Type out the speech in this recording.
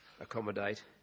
accommodate